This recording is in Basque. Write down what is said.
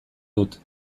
dut